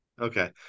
Okay